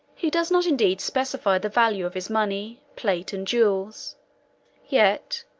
he does not indeed specify the value of his money, plate, and jewels yet,